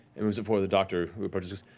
he moves before the doctor, who approaches.